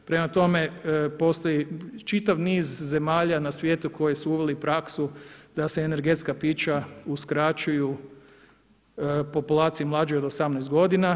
Prema tome, postoji čitav niz zemalja na svijetu koje su uvele praksu da se energetska pića uskraćuju populaciji mlađoj od 18 godina.